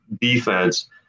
defense